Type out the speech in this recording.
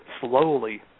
slowly